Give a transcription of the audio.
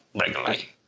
regularly